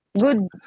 good